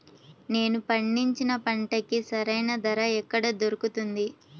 నేను పండించిన పంటకి సరైన ధర ఎక్కడ దొరుకుతుంది?